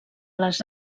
les